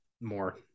more